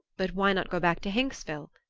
but why not go back to hinksville,